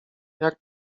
jak